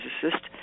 physicist